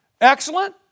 Excellent